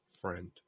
friend